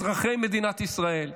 אזרחי מדינת ישראל,